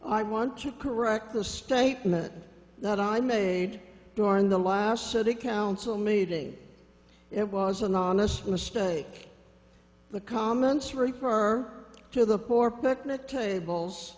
i want to correct the statement that i made during the last city council meeting it was an honest mistake the comments refer to the poor picnic tables